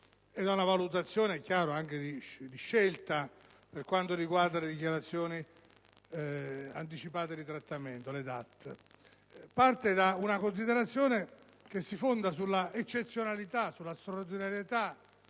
che parte da una scelta per quanto riguarda le dichiarazioni anticipate di trattamento, le DAT. Esso muove da una considerazione che si fonda sulla eccezionalità, sulla straordinarietà